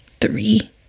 three